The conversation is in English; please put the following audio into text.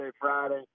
Friday